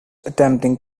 attempting